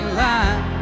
line